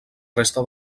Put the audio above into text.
resta